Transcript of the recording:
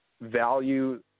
value